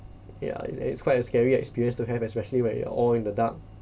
ya it's it's quite a scary experience to have especially when you are all in the dark